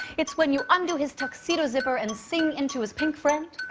it's when you undo his tuxedo zipper and sing into his pink friend.